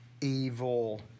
evil